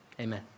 Amen